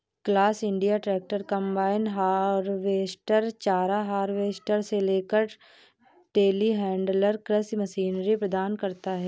class India tractor, combine harvester, चारा harvester से लेकर टेलीहैंडलर कृषि मशीनरी प्रदान करता है